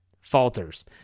falters